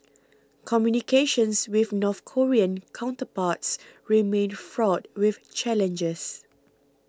communications with North Korean counterparts remain fraught with challenges